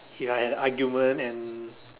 if I had an argument and